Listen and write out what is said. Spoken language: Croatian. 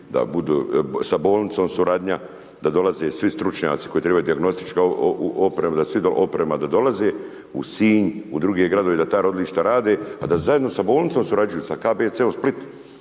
da budu, sa bolnicom suradnja, da dolaze svi stručnjaci koji trebaju dijagnostička oprema da dolaze u Sinj, u druge gradove, da ta rodilišta rade, a da zajedno sa bolnicom surađuju, sa KBC-om Split,